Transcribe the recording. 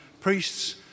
Priests